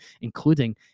including